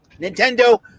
Nintendo